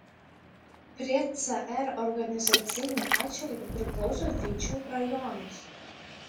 prie cr organizaciniu atžvilgiu priklauso vidžių rajonas